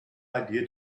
idea